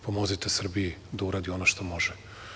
Pomozite Srbiji da uradi ono što može.